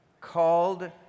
called